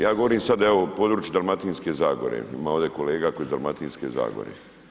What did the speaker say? Ja govorim sada, evo, područje Dalmatinske zagore, ima ovdje kolega koji je Dalmatinske zagore.